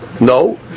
no